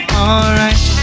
alright